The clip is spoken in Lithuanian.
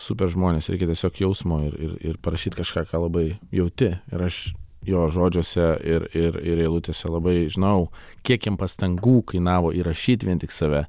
super žmonės tiesiog jausmo ir ir ir parašyt kažką ką tu labai jauti ir aš jo žodžiuose ir ir ir eilutėse labai žinau kiek jam pastangų kainavo įrašyt vien tik save